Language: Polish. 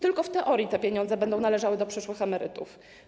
Tylko w teorii te pieniądze będą należały do przyszłych emerytów.